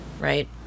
right